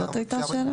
זאת הייתה השאלה?